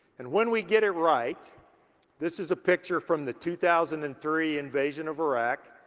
and when we get it right this is a picture from the two thousand and three invasion of iraq.